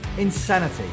Insanity